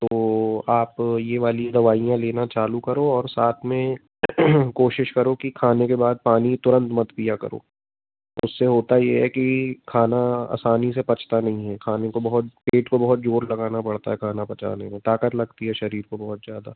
तो आप ये वाली दवाइयाँ लेना चालू करो और साथ में कोशिश करो कि खाने के बाद पानी तुरंत मत पीया करो उससे होता ये है कि खाना आसानी से पचता नहीं है खाने को बहुत पेट को बहुत ज़ोर लगाना पड़ता है खाना पचाने में ताक़त लगती है शरीर को बहुत ज़्यादा